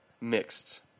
mixed